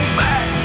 back